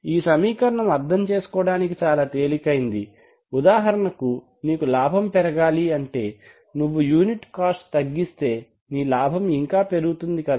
ఈ సమీకరణము అర్థం చేసుకోడానికి చాలా తేలికైనది ఉదాహరణకు నీకు లాభం పెరగాలి అంటే నువ్వు యూనిట్ కాస్ట్ తగ్గిస్తే నీ లాభం ఇంకా పెరుగుతుంది కదా